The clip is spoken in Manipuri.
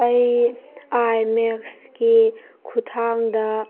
ꯑꯩ ꯑꯥꯏꯃꯦꯛꯁꯀꯤ ꯈꯨꯊꯥꯡꯗ